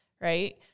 right